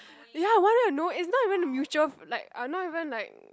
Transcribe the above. ya one week you know it's not even a mutual f~ like not even like